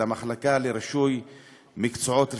אל המחלקה לרישוי מקצועות רפואיים.